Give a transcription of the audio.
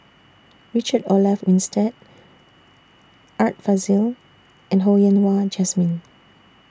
Richard Olaf Winstedt Art Fazil and Ho Yen Wah Jesmine